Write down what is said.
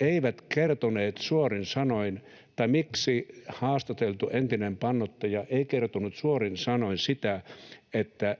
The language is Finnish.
eivät kertoneet suorin sanoin — tai miksi haastateltu entinen pannoittaja ei kertonut suorin sanoin — sitä, että